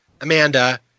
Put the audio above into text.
amanda